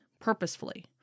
purposefully